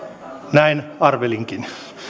näin arvelinkin